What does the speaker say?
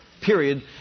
period